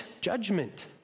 judgment